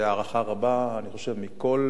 הערכה רבה, אני חושב מכל